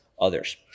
others